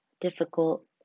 difficult